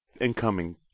incoming